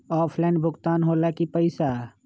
Offline भुगतान हो ला कि पईसा?